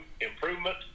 Improvement